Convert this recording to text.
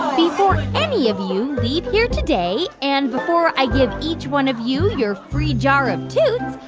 um before any of you leave here today and before i give each one of you your free jar of toots,